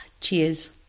Cheers